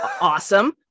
awesome